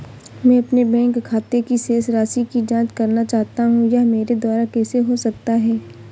मैं अपने बैंक खाते की शेष राशि की जाँच करना चाहता हूँ यह मेरे द्वारा कैसे हो सकता है?